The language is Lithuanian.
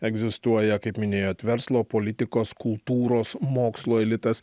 egzistuoja kaip minėjot verslo politikos kultūros mokslo elitas